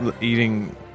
eating